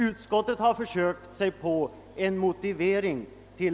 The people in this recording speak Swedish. Utskottet har försökt sig på en motivering.